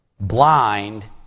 blind